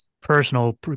personal